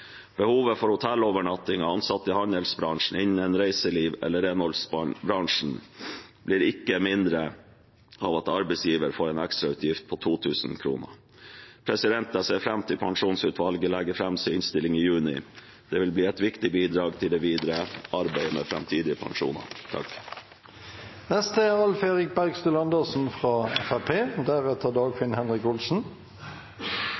Behovet for hotellovernattinger for ansatte i handelsbransjen, innen reiseliv eller i renholdsbransjen blir ikke mindre av at arbeidsgiver får en ekstrautgift på 2 000 kr. Jeg ser frem til at pensjonsutvalget legger fram sin innstilling i juni. Det vil bli et viktig bidrag til det videre arbeidet med framtidige pensjoner.